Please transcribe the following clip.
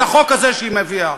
את החוק הזה שהיא מביאה.